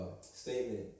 statement